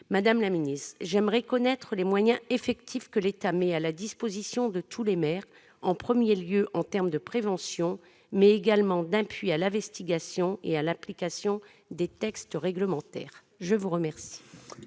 problèmes. J'aimerais connaître les moyens effectifs que l'État met à la disposition de tous les maires, en premier lieu en termes de prévention, mais également en termes d'appui à l'investigation et à l'application des textes réglementaires. La parole